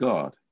God